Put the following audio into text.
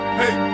hey